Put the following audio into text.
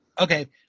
Okay